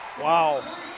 Wow